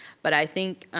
but i think,